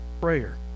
prayer